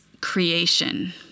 creation